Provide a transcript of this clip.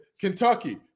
Kentucky